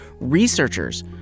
researchers